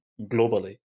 globally